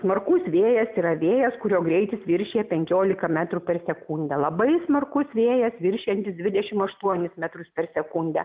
smarkus vėjas yra vėjas kurio greitis viršija penkiolika metrų per sekundę labai smarkus vėjas viršijantis dvidešimt aštuonis metrus per sekundę